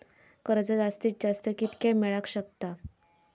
कर्ज जास्तीत जास्त कितक्या मेळाक शकता?